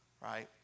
right